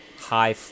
High